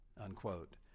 unquote